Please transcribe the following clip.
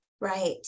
right